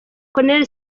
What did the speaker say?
col